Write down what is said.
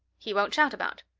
he won't shout about.